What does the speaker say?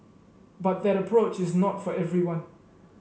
but that approach is not for everyone